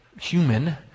human